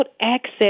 access